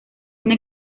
una